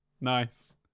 Nice